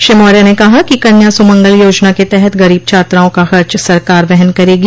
श्री मौर्य ने कहा कि कन्या सुमंगल योजना के तहत गरीब छात्राओं का खर्च सरकार वहन करेगी